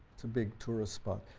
it's a big tourist spot.